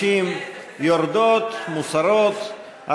50, יורדות, מוסרות.